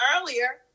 earlier